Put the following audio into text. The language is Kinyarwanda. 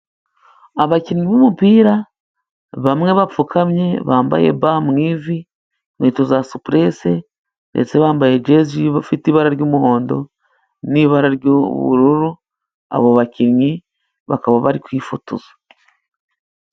Abakinnyi b'umupira bamwe bapfukamye bambaye ba mwivi, inkweto za supuresi ndetse bambaye jezi ifite ibara ry'umuhondo n'ibara ry'ubururu abo bakinnyi bakaba bari kwifotoza.